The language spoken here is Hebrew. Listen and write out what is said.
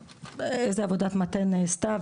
באיזה עבודת מטה נעשתה,